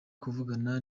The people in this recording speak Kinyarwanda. kuvugana